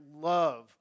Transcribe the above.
love